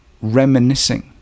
reminiscing